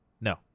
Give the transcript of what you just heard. No